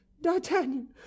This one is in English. D'Artagnan